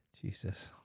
Jesus